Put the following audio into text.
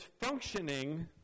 functioning